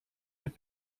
mit